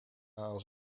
als